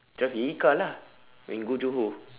drive car lah when go johor